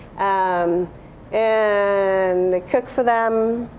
um and they cook for them,